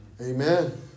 Amen